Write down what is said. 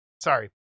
sorry